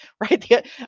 right